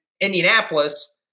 Indianapolis –